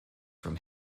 from